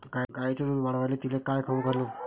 गायीचं दुध वाढवायले तिले काय खाऊ घालू?